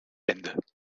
end